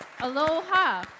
Aloha